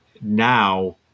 now